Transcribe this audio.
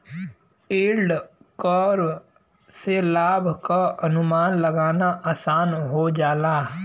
yield curve से लाभ क अनुमान लगाना आसान हो जाला